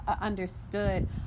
understood